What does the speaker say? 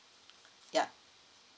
ya